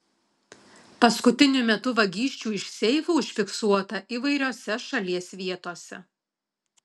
paskutiniu metu vagysčių iš seifų užfiksuota įvairiose šalies vietose